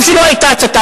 טוב שלא היתה הצתה.